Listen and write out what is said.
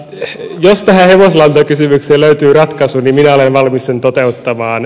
jos tähän hevoslantakysymykseen löytyy ratkaisu niin minä olen valmis sen toteuttamaan